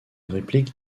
réplique